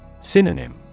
Synonym